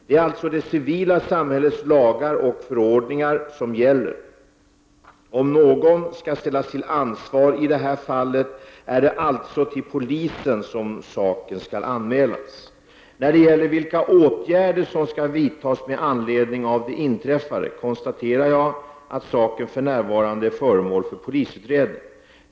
Det är alltså det civila samhällets lagar och förordningar som gäller. Om någon skall ställas till ansvar i det här fallet är det alltså till polisen som saken skall anmälas. När det gäller vilka åtgärder som skall vidtas med anledning av det inträffade konstaterar jag att saken för närvarande är föremål för polisutredning.